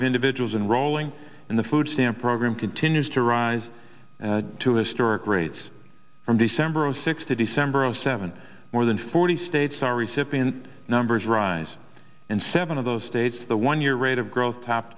of individuals and rolling in the food stamp program continues to rise to historic rates from december zero six to december of zero seven more than forty states are recep in numbers rise in seven of those states the one year rate of growth top